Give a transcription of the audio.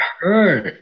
hurt